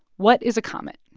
what is a comet?